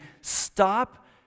stop